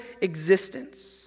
existence